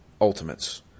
ultimates